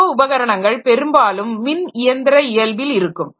IO உபகரணங்கள் பெரும்பாலும் மின் இயந்திர இயல்பில் இருக்கும்